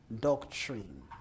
doctrine